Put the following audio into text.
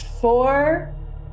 four